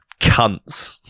cunts